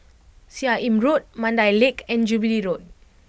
Seah Im Road Mandai Lake and Jubilee Road